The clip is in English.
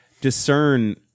discern